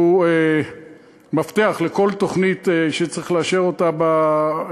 שהוא מפתח לכל תוכנית שצריך לאשר במחוזית.